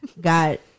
Got